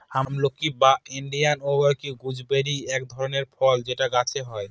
আমলকি বা Indian gooseberry এক ধরনের ফল যেটা গাছে হয়